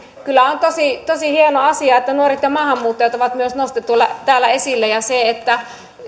kyllä on tosi hieno asia että nuoret ja maahanmuuttajat on myös nostettu täällä esille ja se että